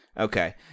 Okay